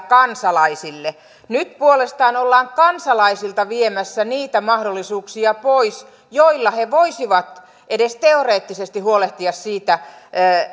kansalaisille nyt puolestaan ollaan kansalaisilta viemässä niitä mahdollisuuksia pois joilla he voisivat edes teoreettisesti huolehtia siitä